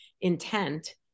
intent